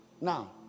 Now